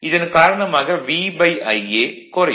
இதன் காரணமாக VIa குறையும்